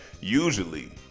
Usually